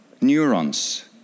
neurons